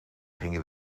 gingen